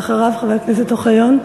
ואחריו, חבר הכנסת אוחיון.